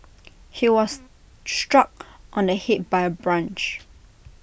he was struck on the Head by A branch